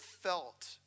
felt